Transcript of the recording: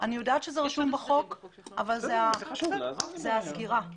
אני יודעת שזה רשום בחוק אבל הסגירה חשובה.